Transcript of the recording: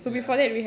ya